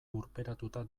lurperatuta